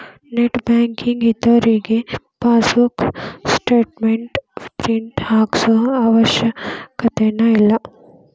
net banking ಇದ್ದೋರಿಗೆ passbook statement print ಹಾಕ್ಸೋ ಅವಶ್ಯಕತೆನ ಇಲ್ಲಾ